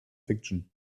fiction